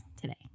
today